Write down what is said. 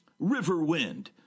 Riverwind